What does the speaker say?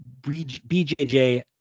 BJJ